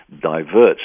divert